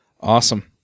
awesome